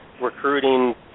recruiting